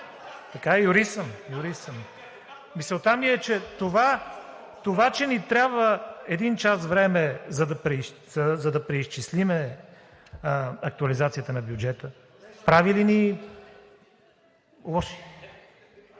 съм, юрист съм. Мисълта ми е, че това, че ни трябва един час време, за да преизчислим актуализацията на бюджета, прави ли ни лоши?